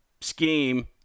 scheme